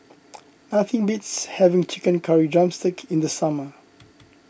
nothing beats having Chicken Curry Drumstick in the summer